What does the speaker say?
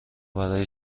برای